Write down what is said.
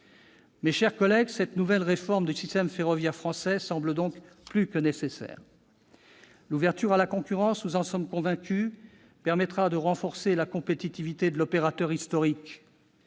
Mes chers collègues, cette nouvelle réforme du système ferroviaire français semble donc plus que nécessaire. L'ouverture à la concurrence- nous en sommes convaincus -permettra de renforcer la compétitivité de l'opérateur historique